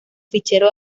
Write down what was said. fichero